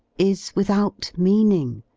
is without meaning,